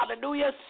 hallelujah